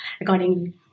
accordingly